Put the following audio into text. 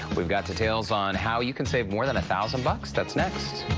we've got details on how you can save more than a thousand bucks. that's next.